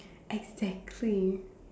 exactly